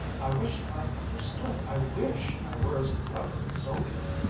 i wish i understood! i wish i were as clever as sylvia!